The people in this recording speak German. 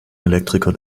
elektriker